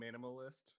minimalist